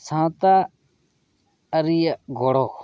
ᱥᱟᱶᱛᱟ ᱟᱹᱨᱤᱭᱟᱜ ᱜᱚᱲ